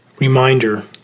reminder